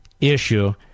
issue